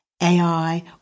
AI